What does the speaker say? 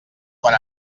quan